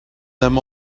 them